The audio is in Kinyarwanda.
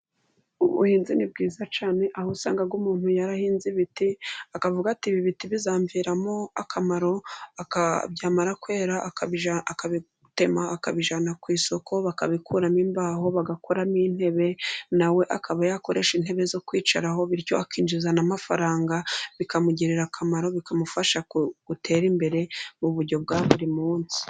Ubuhinzi ni bwiza cyane aho usanga umuntu yarahinze ibiti ,akavuga ati "ibi biti bizamviramo akamaro ." Byamara kwera akabitema akabijyana ku isoko bakabikuramo imbaho, bagakuramo intebe ,nawe akaba yakoresha intebe zo kwicaraho bityo akinjiza n'amafaranga bikamugirira akamaro bikamufasha gutera imbere mu buryo bwa buri munsi.